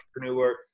entrepreneur